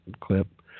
clip